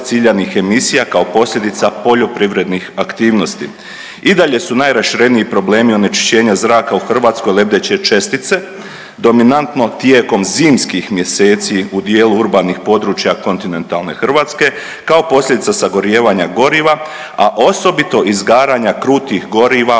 ciljanih emisija kao posljedica poljoprivrednih aktivnosti. I dalje su najrašireniji problemi onečišćenja zraka u Hrvatskoj lebdeće čestice dominantno tijekom zimskih mjeseci u dijelu urbanih područja kontinentalne Hrvatske kao posljedica sagorijevanja goriva, a osobito izgaranja krutih goriva